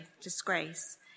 disgrace